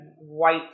white